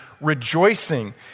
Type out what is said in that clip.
rejoicing